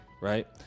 right